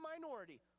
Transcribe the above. minority